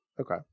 Okay